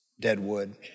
Deadwood